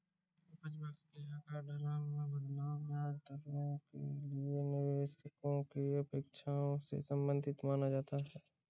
उपज वक्र के आकार, ढलान में बदलाव, ब्याज दरों के लिए निवेशकों की अपेक्षाओं से संबंधित माना जाता है